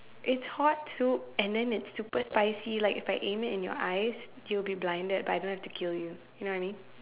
it's hot soup and then it's super spicy like if I aim it in your eyes you will be blinded but I don't have to kill you you know what I mean